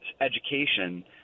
education